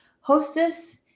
hostess